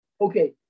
okay